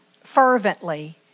fervently